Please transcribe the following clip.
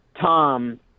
Tom